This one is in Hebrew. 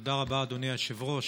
תודה רבה, אדוני היושב-ראש.